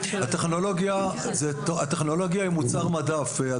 הטכנולוגיה היא מוצר מדף.